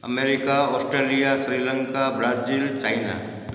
America Australia Sri Lanka Brazil China